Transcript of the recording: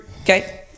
okay